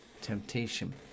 temptation